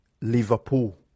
Liverpool